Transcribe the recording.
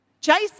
Jason